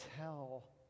tell